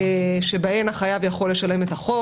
שבהן החייב יכול לשלם את החוב.